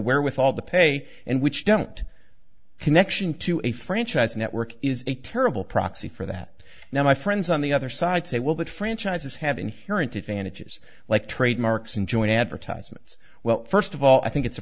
where with all the pay and which don't connection to a franchise network is a terrible proxy for that now my friends on the other side say well that franchises have inherent advantages like trademarks and joint advertisements well first of all i think it's a